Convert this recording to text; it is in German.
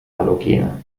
halogene